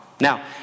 Now